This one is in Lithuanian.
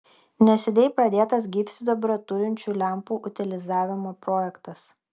neseniai pradėtas gyvsidabrio turinčių lempų utilizavimo projektas